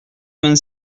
vingt